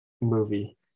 movie